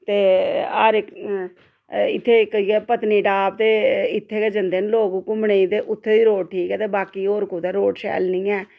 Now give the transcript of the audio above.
ते हर इक इत्थे इक इ'यै पत्नीटॉप ते इत्थै गै जन्दे न लोग घूमने गी ते उत्थै दी रोड ठीक ते बाकी होर कुदै रोड शैल नेईं ऐ